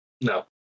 No